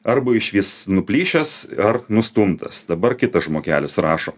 arba išvis nuplyšęs ar nustumtas dabar kitas žmogelis rašo